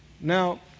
Now